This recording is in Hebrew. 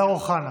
השר אוחנה.